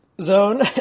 zone